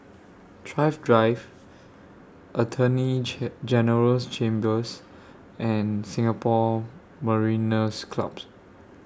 Thrift Drive Attorney General's Chambers and Singapore Mariners' Clubs